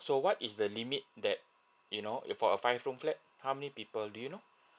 so what is the limit that you know it for a five room flat how many people do you know